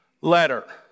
letter